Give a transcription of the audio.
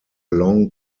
long